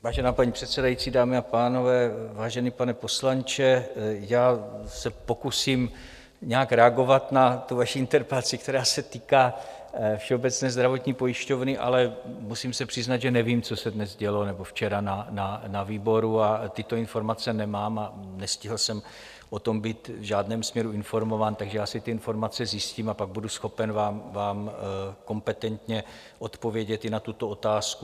Vážená paní předsedající, dámy a pánové, vážený pane poslanče, já se pokusím nějak reagovat na vaši interpelaci, která se týká Všeobecné zdravotní pojišťovny, ale musím se přiznat, že nevím, co se dnes nebo včera dělo na výboru, tyto informace nemám a nestihl jsem o tom být v žádném směru informován, takže já si ty informace zjistím a pak budu schopen vám kompetentně odpovědět i na tuto otázku.